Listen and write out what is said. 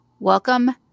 Welcome